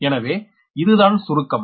ஏகவே இதுதான் சுருக்கம்